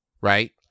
right